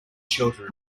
children